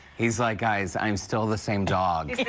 he's like guys, i'm still the same dog.